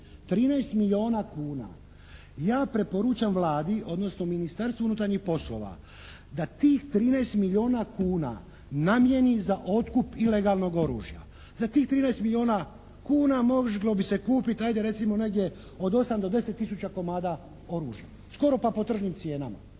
13 milijuna kuna ja preporučam Vladi odnosno Ministarstvu unutarnjih poslova da tih 13 milijuna kuna namijeni za otkup ilegalnog oružja. Za tih 13 milijuna kuna moglo bi se kupiti ajde recimo negdje od 8 do 10 tisuća komada oružja. Skoro pa po tržnim cijenama.